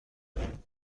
پایین